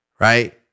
right